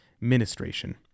Ministration